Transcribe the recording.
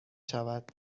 شود